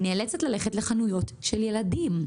היא נאלצת ללכת לחנויות של ילדים.